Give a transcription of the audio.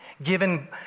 Given